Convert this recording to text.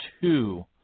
two